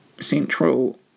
central